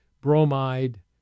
bromide